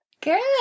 Good